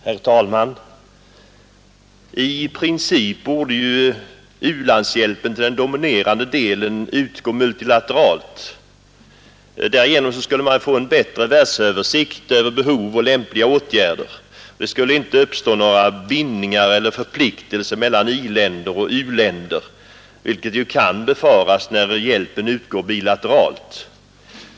Herr talman! I princip borde u-landshjälpen till den dominerande delen utgå multilateralt. Därigenom skulle man få bättre världsöversikt över behov och lämpliga åtgärder, och det skulle inte uppstå några bindningar eller förpliktelser mellan i-länder och u-länder, vilket kan befaras när hjälpen utgår bilateralt.